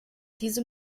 diese